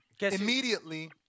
immediately